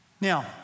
Now